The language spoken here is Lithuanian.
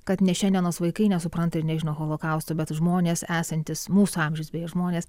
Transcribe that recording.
kad ne šiandienos vaikai nesupranta ir nežino holokausto bet žmonės esantys mūsų amžiaus beje žmonės